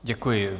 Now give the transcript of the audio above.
Děkuji.